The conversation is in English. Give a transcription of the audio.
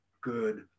good